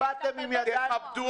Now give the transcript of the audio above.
לא באתם בידיים